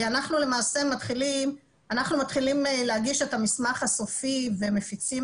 אנחנו למעשה מתחילים להגיש את המסמך הסופי ומפיצים